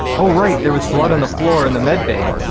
oh right, there was blood on the floor in the med bay!